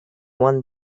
one